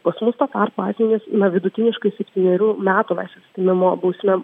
pas mus tuo tarpu asmenys na vidutiniškai septynerių metų laisvės atėmimo bausme